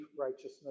righteousness